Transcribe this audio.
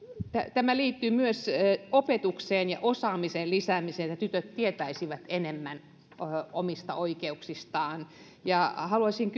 tämä liittyy myös opetuksen ja osaamisen lisäämiseen että tytöt tietäisivät enemmän omista oikeuksistaan haluaisin